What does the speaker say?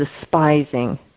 despising